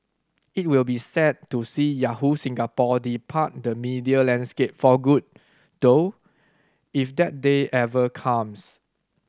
it will be sad to see Yahoo Singapore depart the media landscape for good though if that day ever comes